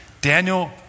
Daniel